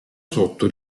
sotto